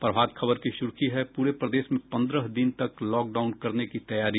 प्रभात खबर की सुर्खी है पूरे प्रदेश में पन्द्रह दिन तक लॉकडाउन करने की तैयारी